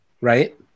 right